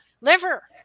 liver